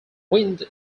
wind